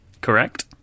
Correct